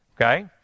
Okay